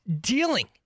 dealing